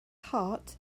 heart